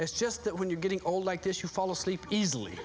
it's just that when you're getting old like this you fall asleep easily